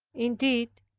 indeed,